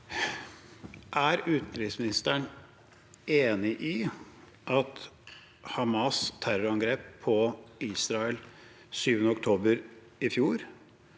Er utenriksministeren enig i at Hamas’ terrorangrep på Israel 7. oktober i fjor